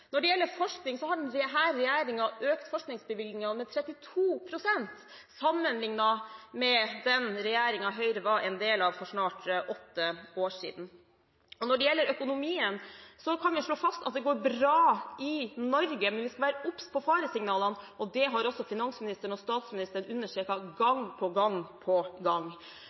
Når det gjelder forskning, har denne regjeringen økt forskningsbevilgningene med 32 pst. sammenlignet med den regjeringen Høyre var en del av for snart åtte år siden. Når det gjelder økonomien, kan vi slå fast at det går bra i Norge, men vi skal være obs på faresignalene, og det har også finansministeren og statsministeren understreket gang på gang. Når jeg utfordrer Høyre og Fremskrittspartiet på